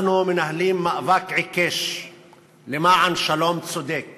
אנחנו מנהלים מאבק עיקש למען שלום צודק